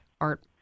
Art